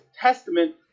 testament